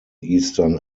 eastern